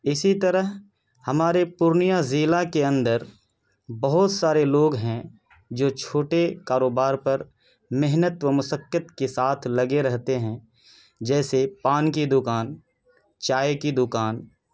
اسی طرح ہمارے پورنیہ ضلع کے اندر بہت سارے لوگ ہیں جو چھوٹے کاروبار پر محنت و مشقت کے ساتھ لگے رہتے ہیں جیسے پان کی دکان چائے کی دکان